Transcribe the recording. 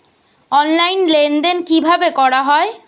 Online লেনদেন কিভাবে করা হয়?